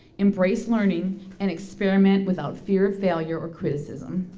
embrace learning and experiment without fear of failure or criticism.